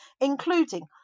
including